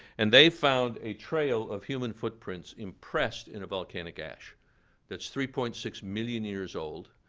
and they found a trail of human footprints impressed in a volcanic ash that's three point six million years old.